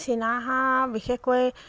চীনাহাঁহ বিশেষকৈ